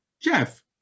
Jeff